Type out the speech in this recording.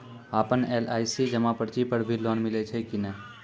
आपन एल.आई.सी जमा पर्ची पर भी लोन मिलै छै कि नै?